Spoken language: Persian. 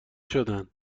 شدن